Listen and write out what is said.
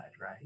Right